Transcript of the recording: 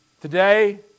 Today